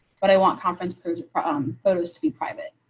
but i want conference photos um photos to be private,